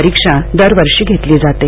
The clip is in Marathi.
परीक्षा दरवर्षी घेतली जाते